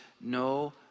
no